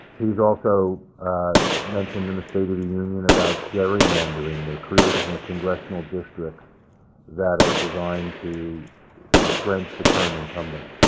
he's also mentioned in the state of the union about gerrymandering the creation of congressional districts that are designed to entrench the current incumbents.